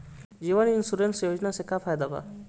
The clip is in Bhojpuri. जीवन इन्शुरन्स योजना से का फायदा बा?